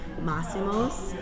Massimos